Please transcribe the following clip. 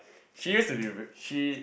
he used to be very she